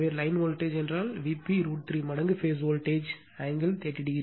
எனவே line voltage என்றால் Vp root 3 மடங்கு பேஸ் வோல்ட்டேஜ் ஆங்கிள் 30o